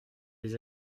des